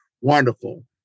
wonderful